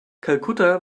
kalkutta